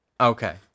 Okay